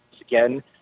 again